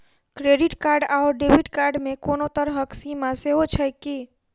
Credit card आओर debit card मे कोनो तरहक सीमा सेहो छैक की?